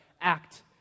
act